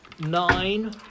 nine